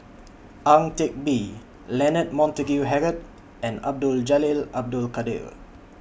Ang Teck Bee Leonard Montague Harrod and Abdul Jalil Abdul Kadir